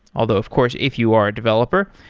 although of course if you are a developer,